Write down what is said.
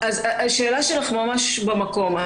השאלה שלך ממש במקום.